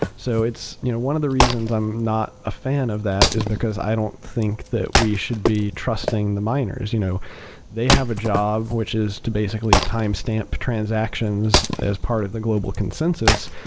so you know one of the reasons i'm not a fan of that, is because i don't think that we should be trusting the miners. you know they have a job, which is to basically timestamp transactions as part of the global consensus,